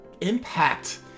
impact